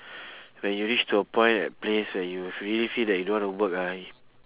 when you reach to a point at place where you really feel that you don't want to work ah